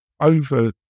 over